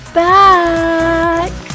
back